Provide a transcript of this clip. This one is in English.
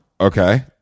Okay